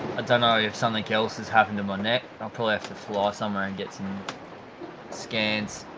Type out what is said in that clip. don't know if something else has happened to my neck to fly somewhere and get some scans